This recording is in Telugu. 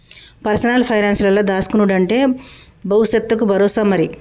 పర్సనల్ పైనాన్సుల దాస్కునుడంటే బవుసెత్తకు బరోసా మరి